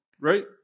right